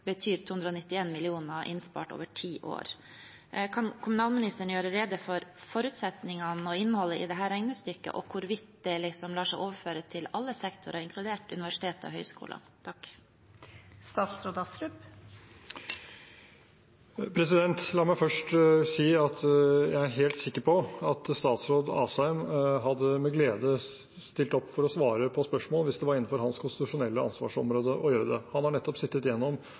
betyr 291 mill. kr innspart over ti år. Kan kommunalministeren gjøre rede for forutsetningene og innholdet i dette regnestykket og hvorvidt det lar seg overføre til alle sektorer, inkludert universitetene og høyskolene? La meg først si at jeg er helt sikker på at statsråd Asheim med glede hadde stilt opp for å svare på spørsmål hvis det var innenfor hans konstitusjonelle ansvarsområde å gjøre det. Han har nettopp sittet